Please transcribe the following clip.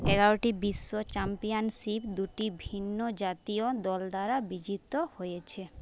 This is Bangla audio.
এগারোটি বিশ্ব চ্যাম্পিয়নশিপ দুটি ভিন্ন জাতীয় দল দ্বারা বিজিত হয়েছে